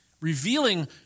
revealing